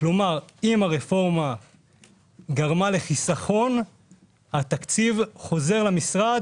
כלומר אם הרפורמה גרמה לחיסכון התקציב חוזר למשרד